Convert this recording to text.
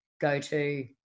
go-to